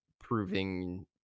proving